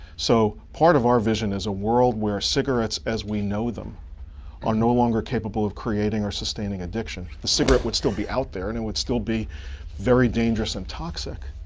so part of our vision is a world where cigarettes as we know them are no longer capable of creating or sustaining addiction. the cigarette would still be out there, and it would still be very dangerous and toxic,